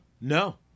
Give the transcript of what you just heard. no